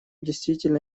действительно